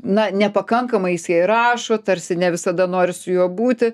na nepakankamais jis jai rašo tarsi ne visada nori su juo būti